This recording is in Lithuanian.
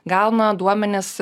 gauna duomenis